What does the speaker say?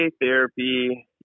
therapy